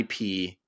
IP